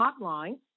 hotline